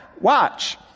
Watch